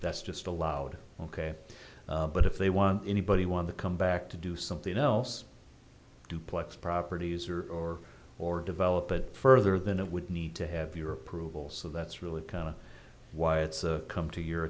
that's just allowed ok but if they want anybody want to come back to do something else duplex properties or or or develop it further than it would need to have your approval so that's really kind of why it's a come to your